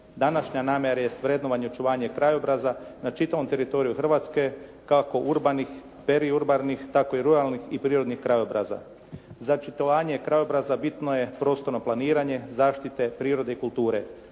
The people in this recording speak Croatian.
Današnja namjera jest vrednovanje i očuvanje krajobraza na čitavom teritoriju Hrvatske kao kod urbanih, teriurbanih tako i ruralnih i prirodnih krajobraza. Za očitovanje krajobraza bitno je prostorno planiranje zaštite prirode i kulture.